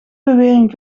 bewering